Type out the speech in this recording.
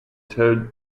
towed